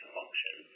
function